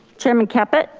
chairman caput.